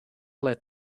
let